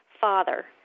Father